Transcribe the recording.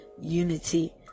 unity